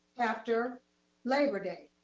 after labor day,